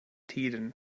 tiden